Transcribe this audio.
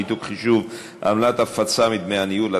ניתוק חישוב עמלת ההפצה מדמי הניהול),